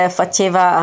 faceva